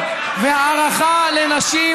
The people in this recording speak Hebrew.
תתנצל,